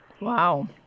Wow